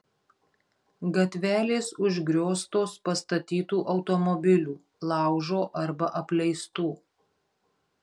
gatvelės užgrioztos pastatytų automobilių laužo arba apleistų